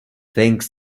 thanks